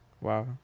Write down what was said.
wow